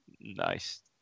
nice